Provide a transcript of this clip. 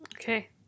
Okay